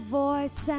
voice